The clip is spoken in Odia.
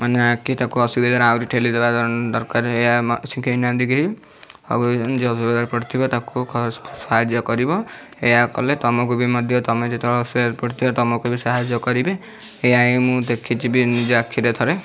ମାନେ କିଏ ତାକୁ ଅସୁବିଧାରେ ଆହୁରି ଠେଲି ଦେବା ଦରକାର ଏହା ଆମ ଶିଖାଇ ନାହାଁନ୍ତି କିଛି ଆଉ ଏଇ ପଡ଼ିଥିବ ତାକୁ ସାହାଯ୍ୟ କରିବ ଏହା କଲେ ତୁମକୁ ବି ମଧ୍ୟ ତୁମେ ଯେତେବେଳେ ଅସୁବିଧାରେ ପଡ଼ିଥିବ ତୁମକୁ ବି ସାହାଯ୍ୟ କରିବେ ଏହା ହିଁ ମୁଁ ଦେଖିଛି ବି ନିଜ ଆଖିରେ ଥରେ